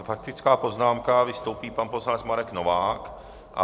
Faktická poznámka, vystoupí pan poslanec Marek Novák.